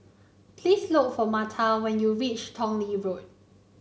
please look for Marta when you reach Tong Lee Road